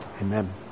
Amen